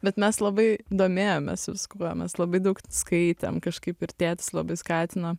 bet mes labai domėjomės viskuo mes labai daug skaitėm kažkaip ir tėtis labai skatino